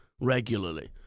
regularly